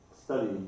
study